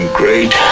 great